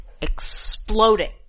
exploding